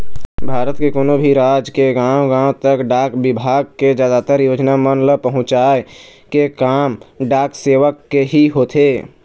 भारत के कोनो भी राज के गाँव गाँव तक डाक बिभाग के जादातर योजना मन ल पहुँचाय के काम डाक सेवक के ही होथे